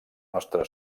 nostra